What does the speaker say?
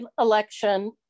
election